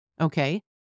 Okay